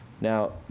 now